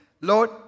Lord